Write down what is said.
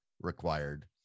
required